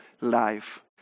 life